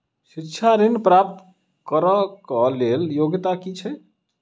शिक्षा ऋण प्राप्त करऽ कऽ लेल योग्यता की छई?